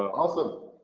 awesome